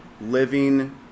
Living